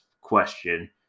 question